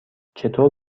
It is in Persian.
چطور